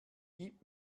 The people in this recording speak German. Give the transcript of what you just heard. gib